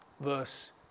Verse